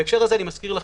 בהקשר הזה, אני מזכיר,